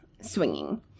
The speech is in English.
swinging